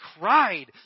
cried